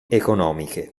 economiche